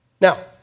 Now